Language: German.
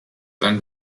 dann